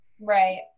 Right